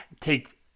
take